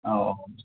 औ